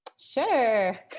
sure